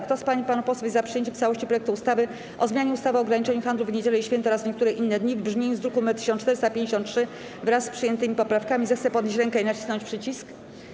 Kto z pań i panów posłów jest za przyjęciem w całości projektu ustawy o zmianie ustawy o ograniczeniu handlu w niedziele i święta oraz niektóre inne dni w brzmieniu z druku nr 1453, wraz z przyjętymi poprawkami, zechce podnieść rękę i nacisnąć przycisk.